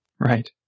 Right